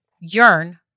yearn